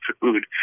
food